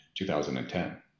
2010